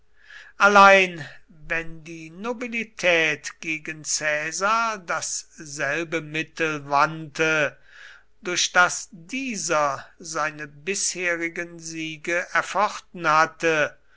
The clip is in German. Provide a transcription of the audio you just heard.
allein wenn die nobilität gegen caesar dasselbe mittel wandte durch das dieser seine bisherigen siege erfochten hatte